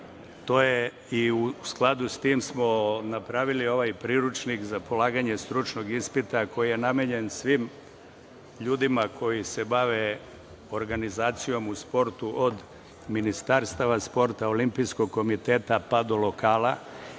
ispita. U skladu s tim smo napravili ovaj priručnik za polaganje stručnog ispita, koji je namenjen svim ljudima koji se bave organizacijom u sportu od Ministarstva sporta, Olimpijskog komiteta, pa do lokala. Moram